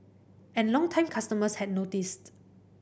and longtime customers had noticed